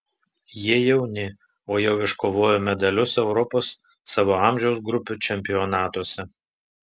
jie jauni o jau iškovojo medalius europos savo amžiaus grupių čempionatuose